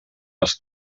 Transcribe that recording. les